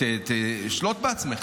שלוט בעצמך.